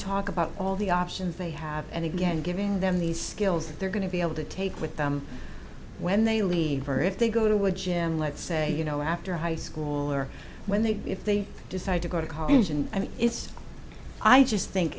talk about all the options they have and again giving them these skills that they're going to be able to take with them when they leave or if they go to would jim let's say you know after high school or when they if they decide to go to college and i mean it's i just think